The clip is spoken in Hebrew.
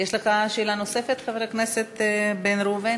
יש לך שאלה נוספת, חבר הכנסת בן ראובן?